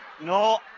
no